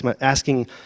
asking